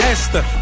Esther